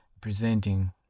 presenting